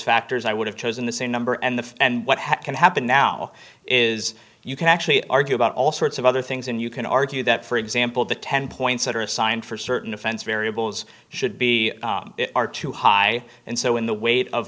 factors i would have chosen the same number and the and what can happen now is you can actually argue about all sorts of other things and you can argue that for example the ten points that are assigned for certain offense variables should be are too high and so in the weight of